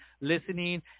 listening